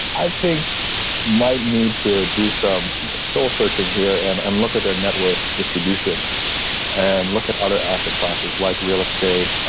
i think might need to do some soul searching here and and look at their net worth distribution and look at other asset classes like real estate,